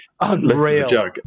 Unreal